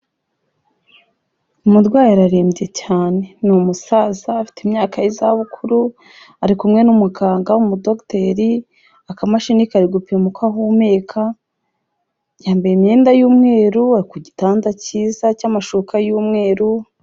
Umurwayi ararembye cyane, ni umusaza afite imyaka y'izabukuru, ari kumwe n'umuganga w'umudogiteri, akamashini kari gupima uko ahumeka, yambaye imyenda y'umweru, ari ku gitanda cyiza cy'amashuka y'umweru.